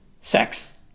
sex